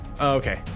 Okay